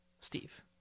Steve